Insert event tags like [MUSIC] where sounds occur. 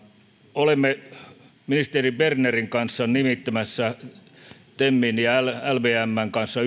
olemme ministeri bernerin kanssa nimittämässä temin ja lvmn kanssa [UNINTELLIGIBLE]